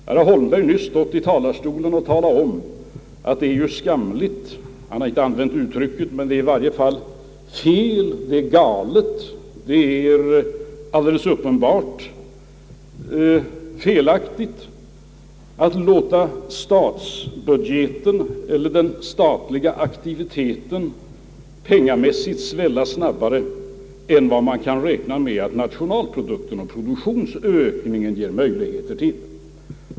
Herr Holmberg har nyss stått här i talarstolen och talat om att det är galet och alldeles uppenbart felaktigt att låta den statliga aktiviteten, i pengar räknat, svälla snabbare än man kan räkna med att produktionsökningen skall ge möjligheter till.